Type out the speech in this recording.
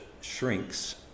shrinks